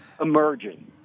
emerging